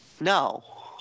No